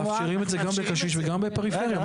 אנחנו מאפשרים את זה גם בקשיש וגם בפריפריה.